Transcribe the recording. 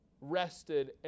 rested